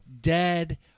dead